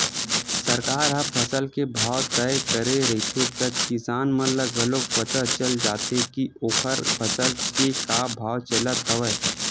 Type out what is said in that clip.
सरकार ह फसल के भाव तय करे रहिथे त किसान मन ल घलोक पता चल जाथे के ओखर फसल के का भाव चलत हवय